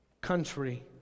country